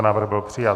Návrh byl přijat.